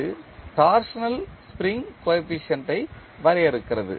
இது torsional spring coefficient ஐ வரையறுக்கிறது